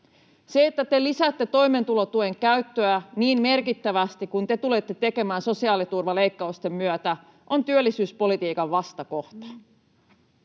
Se, että te lisäätte toimeentulotuen käyttöä niin merkittävästi kuin te tulette tekemään sosiaaliturvaleikkausten myötä, on työllisyyspolitiikan vastakohta.